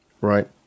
Right